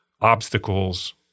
obstacles